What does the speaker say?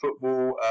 football